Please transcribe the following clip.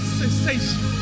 sensation